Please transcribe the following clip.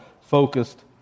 focused